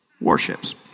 Warships